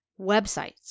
websites